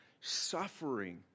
suffering